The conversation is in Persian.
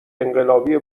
انقلابی